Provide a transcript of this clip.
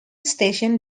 station